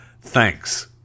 Thanks